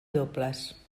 dobles